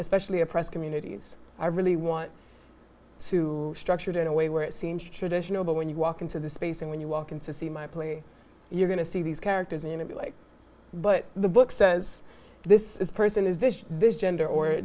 especially oppressed communities i really want to structured in a way where it seems traditional but when you walk into the space and when you walk into see my play you're going to see these characters and if you like but the book says this person is this this gender or